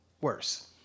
worse